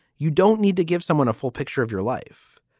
you don't need to give someone a full picture of your life.